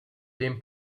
dem